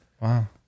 Wow